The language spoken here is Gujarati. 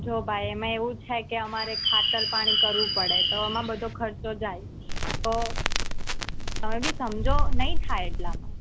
જો ભાઈ એમાં એવું છે કે અમારે ખાતર પાણી કરવું પડે તો આમાં બધો ખર્ચો જાય તમે બી સમજો નહીં થાય એટલામાં